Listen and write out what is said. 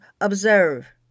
observe